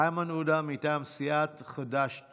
איימן עודה מטעם סיעת חד"ש-תע"ל.